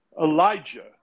Elijah